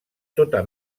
tota